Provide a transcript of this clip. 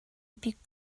бик